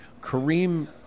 Kareem